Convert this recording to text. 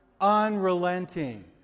Unrelenting